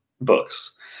books